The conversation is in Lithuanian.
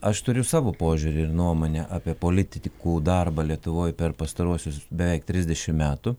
aš turiu savo požiūrį nuomonę apie polit tikų darbą lietuvoj per pastaruosius beveik trisdešim metų